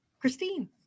Christine